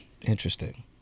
Interesting